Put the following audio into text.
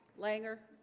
langer